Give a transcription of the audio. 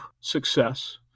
success